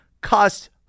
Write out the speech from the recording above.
Cost